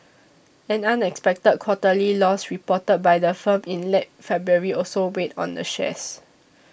an unexpected quarterly loss reported by the firm in late February also weighed on the shares